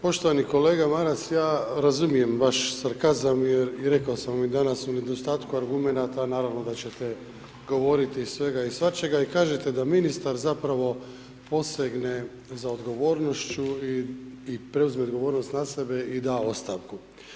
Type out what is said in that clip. Poštovani kolega Maras, ja razumijem vaš sarkazam jer rekao sam i danas, u nedostatku argumenata naravno da ćete govoriti svega i svačega i kažete da ministar zapravo posegne za odgovornošću i preuzme odgovornost na sebe i da ostavku.